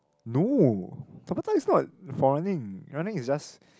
no tabata is not for running running is just